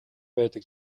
байдаг